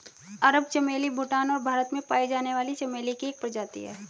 अरब चमेली भूटान और भारत में पाई जाने वाली चमेली की एक प्रजाति है